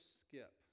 skip